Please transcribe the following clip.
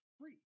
free